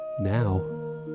Now